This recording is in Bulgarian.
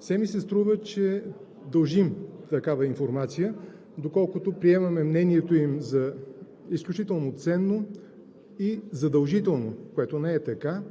Все ми се струва, че дължим такава информация, доколкото приемаме мнението им за изключително ценно и задължително, което не е така,